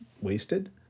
wasted